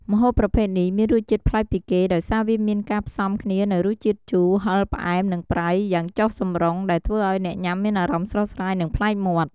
ម្ហូបប្រភេទនេះមានរសជាតិប្លែកពីគេ ដោយសារវាមានការផ្សំគ្នានូវ រសជាតិជូរ ហឹរ ផ្អែម និងប្រៃ យ៉ាងចុះសម្រុង ដែលធ្វើឱ្យអ្នកញ៉ាំមានអារម្មណ៍ស្រស់ស្រាយ និងប្លែកមាត់។